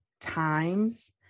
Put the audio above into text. times